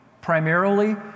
primarily